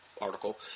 article